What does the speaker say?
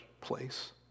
place